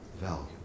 value